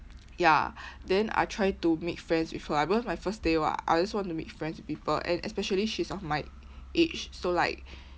ya then I try to make friends with her ah because my first day [what] I also want to make friends with people and especially she's of my age so like